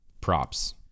Props